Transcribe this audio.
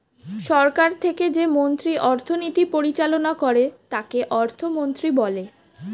সরকার থেকে যে মন্ত্রী অর্থনীতি পরিচালনা করে তাকে অর্থমন্ত্রী বলে